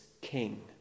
king